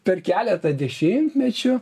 per keletą dešimtmečių